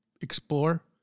explore